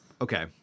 okay